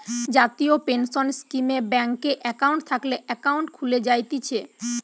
জাতীয় পেনসন স্কীমে ব্যাংকে একাউন্ট থাকলে একাউন্ট খুলে জায়তিছে